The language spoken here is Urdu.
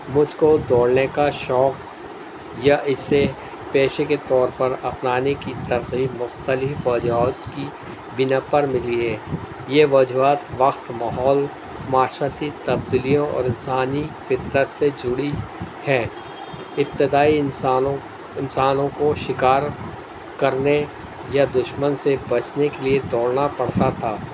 مجھ کو دوڑنے کا شوق یا اسے پیشے کے طور پر اپنانے کی ترغیب مختلف وجوہات کی بنا پر ملی ہے یہ وجوہات وقت ماحول معاشرتی تبدیلیوں اور انسانی فطرت سے جڑی ہے ابتدائی انسانوں انسانوں کو شکار کرنے یا دشمن سے پچنے کے لیے دوڑنا پڑتا تھا